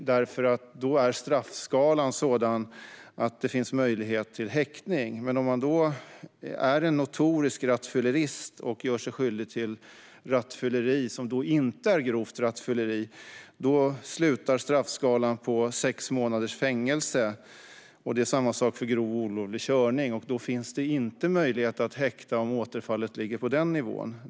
Då är straffskalan sådan att det finns möjlighet till häktning. Men för den som är en notorisk rattfyllerist och gör sig skyldig till rattfylleri som inte är grovt rattfylleri slutar straffskalan på sex månaders fängelse. Det är samma sak för grov olovlig körning. Då finns det inte möjlighet att häkta om återfallet ligger på den nivån.